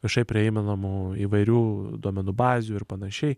viešai prieinamų įvairių duomenų bazių ir panašiai